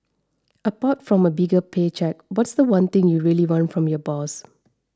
apart from a bigger pay cheque what's the one thing you really want from your boss